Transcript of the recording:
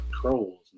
trolls